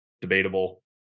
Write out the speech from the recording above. debatable